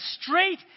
straight